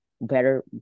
better